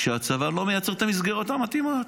הוא שהצבא לא מייצר את המסגרת המתאימות.